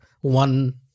one